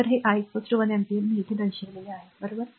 तर हे i एक अँपिअर हे येथे दर्शविलेले आहे बरोबर